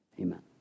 Amen